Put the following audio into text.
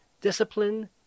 discipline